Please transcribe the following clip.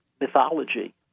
mythology